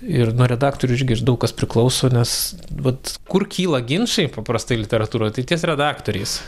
ir nuo redaktorių irgi daug kas priklauso nes vat kur kyla ginčai paprastai literatūroj tai ties redaktoriais